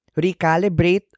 recalibrate